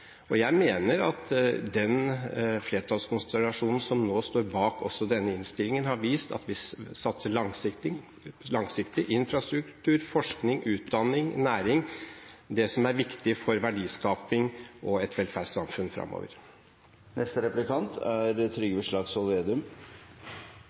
budsjett. Jeg mener at den flertallskonstellasjonen som nå står bak også denne innstillingen, har vist at vi satser langsiktig: på infrastruktur, forskning, utdanning, næring – det som er viktig for verdiskaping og et velferdssamfunn